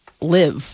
live